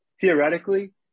theoretically